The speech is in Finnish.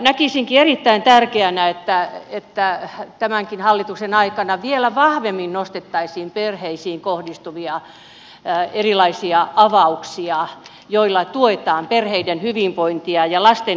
näkisinkin erittäin tärkeänä että tämänkin hallituksen aikana vielä vahvemmin nostettaisiin perheisiin kohdistuvia erilaisia avauksia joilla tuetaan perheiden hyvinvointia ja lasten hyvinvointia